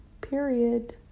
Period